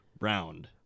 round